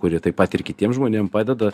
kuri taip pat ir kitiem žmonėm padeda